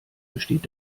besteht